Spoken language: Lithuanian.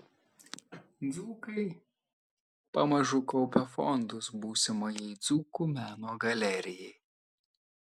dzūkai pamažu kaupia fondus būsimajai dzūkų meno galerijai